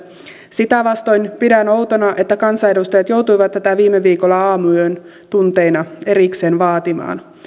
sitä vastoin pidän outona että kanssaedustajat joutuivat tätä viime viikolla aamuyön tunteina erikseen vaatimaan